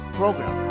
program